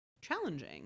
challenging